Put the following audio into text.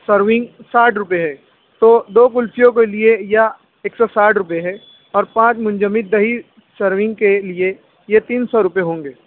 serving ساٹھ روپے ہے تو دو کلفیوں کے لیے یا ایک سو ساٹھ روپے ہے اور پانچ منجمد دہی سرونگ کے لیے یہ تین سو روپے ہوں گے